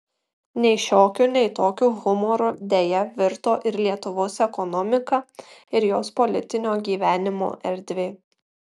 nei šiokiu nei tokiu humoru deja virto ir lietuvos ekonomika ir jos politinio gyvenimo erdvė